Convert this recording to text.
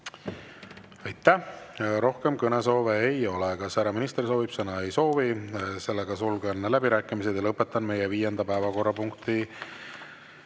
Aitäh! Rohkem kõnesoove ei ole. Kas härra minister soovib sõna? Ei soovi. Sulgen läbirääkimised ja lõpetan meie viienda päevakorrapunkti